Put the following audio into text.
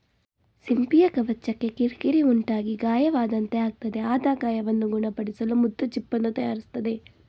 ಸಿಂಪಿಯ ಕವಚಕ್ಕೆ ಕಿರಿಕಿರಿ ಉಂಟಾಗಿ ಗಾಯವಾದಂತೆ ಆಗ್ತದೆ ಆದ ಗಾಯವನ್ನು ಗುಣಪಡಿಸಲು ಮುತ್ತು ಚಿಪ್ಪನ್ನು ತಯಾರಿಸ್ತದೆ